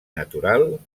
natural